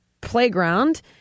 playground